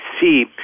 see